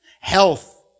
Health